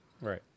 Right